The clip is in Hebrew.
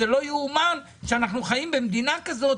זה לא יאומן שאנחנו חיים במדינה כזאת